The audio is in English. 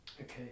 Okay